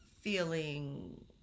feeling